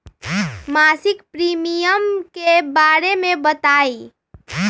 मासिक प्रीमियम के बारे मे बताई?